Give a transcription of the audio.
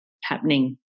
happening